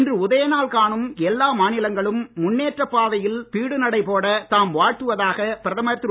இன்று உதய நாள் காணும் எல்லா மாநிலங்களும் முன்னேற்ற பாதையில் பீடு நடை போட தாம் வாழ்த்துவதாக பிரதமர் திரு